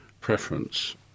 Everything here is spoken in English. preference